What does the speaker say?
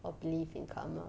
I believe in karma